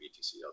btc